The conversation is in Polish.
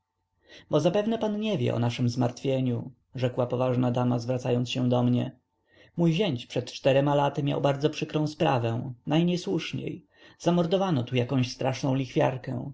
bo zapewne pan nie wie o naszem zmartwieniu rzekła poważna dama zwracając się do mnie mój zięć przed czterema laty miał bardzo przykrą sprawę najniesłuszniej zamordowano tu jakąś straszną lichwiarkę ach